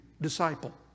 disciple